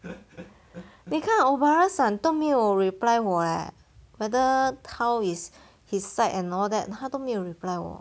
你看 obara-san 都没有 reply 我 eh whether town is his side and all that 他都没有 reply 我